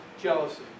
jealousy